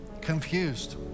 confused